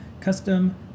custom